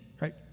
right